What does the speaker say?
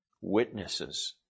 witnesses